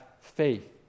faith